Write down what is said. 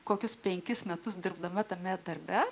kokius penkis metus dirbdama tame darbe